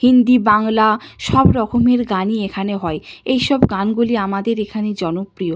হিন্দি বাংলা সব রকমের গানই এখানে হয় এইসব গানগুলি আমাদের এখানে জনপ্রিয়